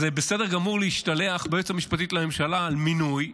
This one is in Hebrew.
אז זה בסדר גמור להשתלח ביועצת המשפטית לממשלה על מינוי,